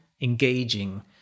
engaging